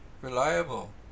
reliable